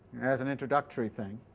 as an introductory thing.